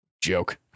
Joke